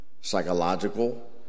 psychological